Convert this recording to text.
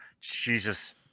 Jesus